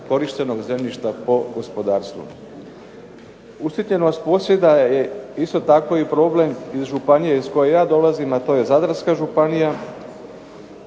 korištenog zemljišta po gospodarstvu. Usitnjenost posjeda je isto tako i problem iz županije iz koje ja dolazim, a to je Zadarska županija.